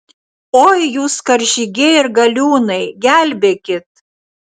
oi jūs karžygiai ir galiūnai gelbėkit